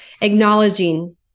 acknowledging